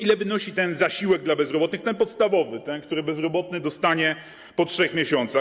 Ile wynosi zasiłek dla bezrobotnych, ten podstawowy, ten, który bezrobotny dostanie po 3 miesiącach?